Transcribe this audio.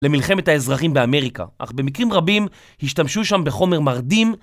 למלחמת האזרחים באמריקה, אך במקרים רבים השתמשו שם בחומר מרדים